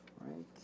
right